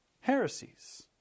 Heresies